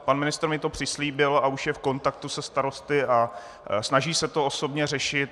Pan ministr mi to přislíbil a už je v kontaktu se starosty a snaží se to osobně řešit.